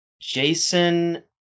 jason